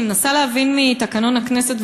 אני מנסה להבין מתקנון הכנסת,